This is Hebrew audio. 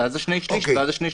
ואז השני-שליש יקבלו יותר.